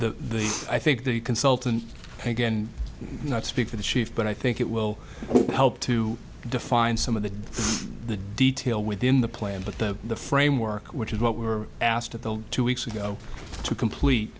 the i think the consultant again not speak for the chief but i think it will help to define some of the the detail within the plan but that the framework which is what we were asked at the two weeks ago to complete